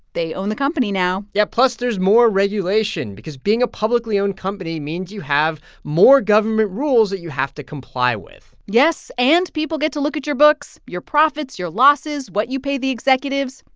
they own the company now yeah. plus, there's more regulation because being a publicly owned company means you have more government rules that you have to comply with yes. and people get to look at your books, your profits, your losses, what you pay the executives.